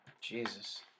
Jesus